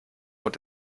und